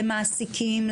למעסיקים,